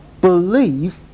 believe